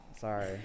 sorry